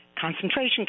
concentration